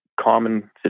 common